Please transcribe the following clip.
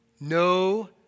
No